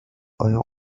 ayant